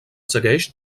segueix